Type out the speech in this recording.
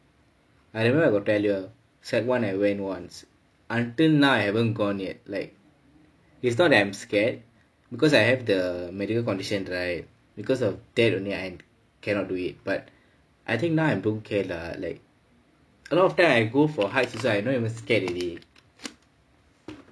I remember I got tell her secondary one I went once until now I haven't gone yet like it's not that I am scared because I have the medical condition right because of that only I cannot do it but I think now I don't care lah like a lot of time I go for heart I don't even scared already